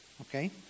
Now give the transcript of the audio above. Okay